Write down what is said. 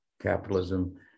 capitalism